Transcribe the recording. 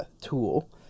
tool